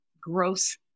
gross